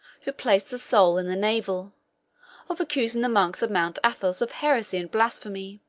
who placed the soul in the navel of accusing the monks of mount athos of heresy and blasphemy.